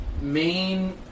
main